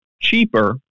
cheaper